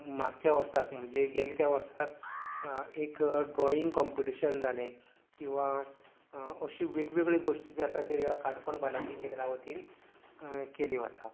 मागच्या वर्साक म्हणजे गेले त्या वर्साक एक ड्रोयिंग कोंम्पिटिशन जालें किंवां अश्यो वेगवेगळ्यो गोष्टी ज्यो आसा त्यो ह्या काणकोण भलायकी केंद्रावतीन केले वता